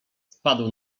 spadł